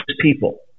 people